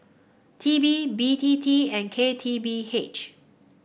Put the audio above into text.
T B B T T and K T B H